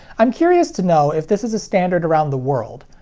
i'm curious to know if this is a standard around the world.